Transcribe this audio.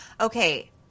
Okay